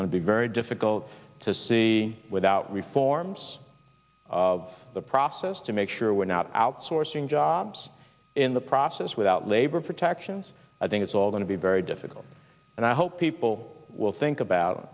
to be very difficult to see without reforms the process to make sure we're not outsourcing jobs in the process without labor protections i think it's all going to be very difficult and i hope people will think about